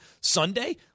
Sunday